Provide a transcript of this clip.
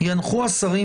ינחו השרים,